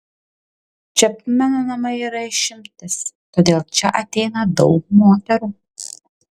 čepmeno namai yra išimtis todėl čia ateina daug moterų